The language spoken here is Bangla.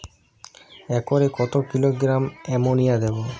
একরে কত কিলোগ্রাম এমোনিয়া দেবো?